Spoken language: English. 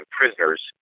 prisoners